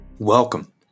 Welcome